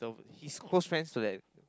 he's close friends to that